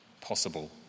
possible